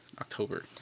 October